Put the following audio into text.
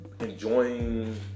enjoying